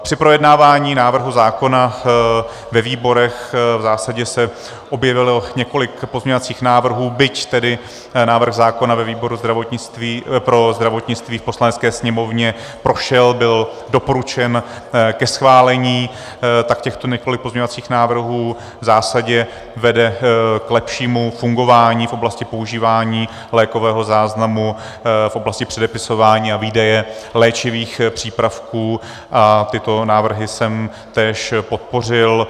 Při projednávání návrhu zákona ve výborech v zásadě se objevilo několik pozměňovacích návrhů, byť tedy návrh zákona ve výboru pro zdravotnictví v Poslanecké sněmovně prošel, byl doporučen ke schválení, tak těchto několik pozměňovacích návrhů v zásadě vede k lepšímu fungování v oblasti používání lékového záznamu v oblasti předepisování a výdeje léčivých přípravků a tyto návrhy jsem též podpořil.